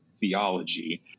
theology